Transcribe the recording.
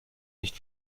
nicht